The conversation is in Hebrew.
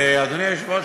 ואדוני היושב-ראש,